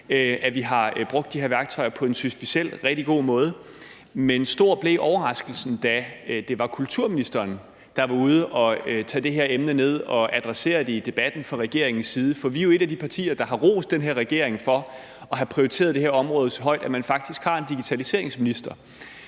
at vi har brugt de her redskaber på, synes vi selv, en rigtig god måde. Men stor blev overraskelsen, da det var kulturministeren, der var ude at tage det her emne ned og adressere det i debatten, fra regeringens side, for vi er jo et af de partier, der har rost den her regering for at have prioriteret det område så højt, at man faktisk har en digitaliseringsminister.